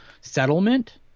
settlement